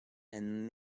power